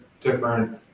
different